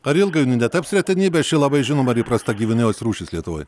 ar ilgainiui netaps retenybe ši labai žinoma ir įprasta gyvūnijos rūšis lietuvoj